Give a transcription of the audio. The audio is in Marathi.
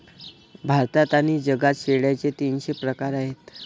भारतात आणि जगात शेळ्यांचे तीनशे प्रकार आहेत